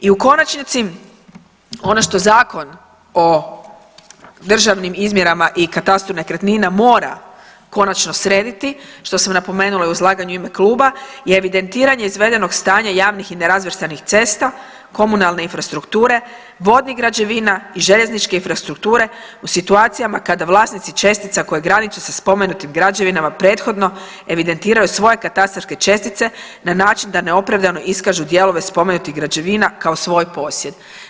I u konačnici ono što Zakon o državnim izmjerama i katastru nekretnina mora konačno srediti što sam napomenula i u izlaganju u ime kluba je evidentiranje izvedenog stanja javnih i nerazvrstanih cesta, komunalne infrastrukture, vodnih građevina i željezničke infrastrukture u situacijama kada vlasnici čestica koji graniče sa spomenutim građevinama prethodno evidentiraju svoje katastarske čestice na način da neopravdano iskažu dijelove spomenutih građevina kao svoj posjed.